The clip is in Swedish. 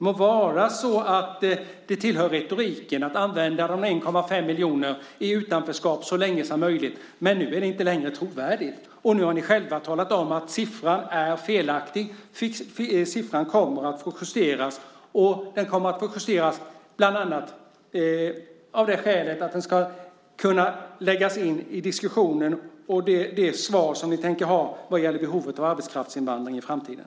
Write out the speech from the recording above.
Må så vara att det tillhör retoriken att använda argumentet med de 1,5 miljoner människorna i utanförskap så länge som möjligt. Men nu är det inte längre trovärdigt, och ni har själva talat om att siffran är felaktig. Den kommer att få justeras, bland annat av det skälet att den ska kunna användas i diskussionen om behovet av arbetskraftsinvandring i framtiden.